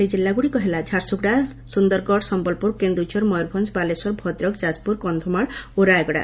ସେହି ଜିଲ୍ଲାଗୁଡ଼ିକ ହେଲା ଝାରସୁଗୁଡ଼ା ସୁନ୍ଦରଗଡ଼ ସମ୍ୟଲପୁର କେନ୍ଦୁଝର ମୟରଭଞ୍ଞ ବାଲେଶ୍ୱର ଭଦ୍ରକ ଯାଜପୁର କକ୍ଷମାଳ ଓ ରାୟଗଡ଼ା